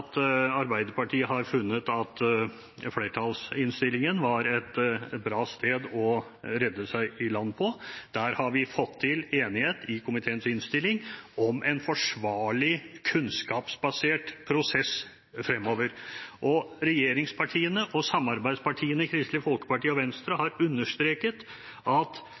Arbeiderpartiet har funnet at flertallsinnstillingen var et bra sted å redde seg i land på. Der har vi fått til enighet, i komiteens innstilling, om en forsvarlig, kunnskapsbasert prosess fremover, og regjeringspartiene og samarbeidspartiene, Kristelig Folkeparti og Venstre, har understreket at